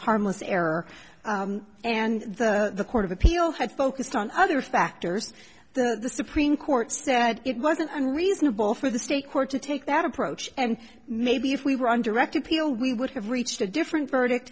harmless error and the court of appeal had focused on other factors the supreme court said it wasn't unreasonable for the state court to take that approach and maybe if we were on direct appeal we would have reached a different verdict